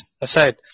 aside